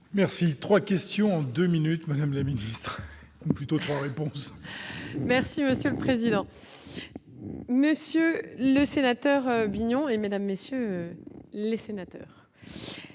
Merci, 3 questions en 2 minutes, Madame la Ministre, ou plutôt 3 réponses. Merci monsieur le président, Monsieur le Sénateur Bignon et mesdames, messieurs les sénateurs.